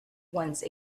once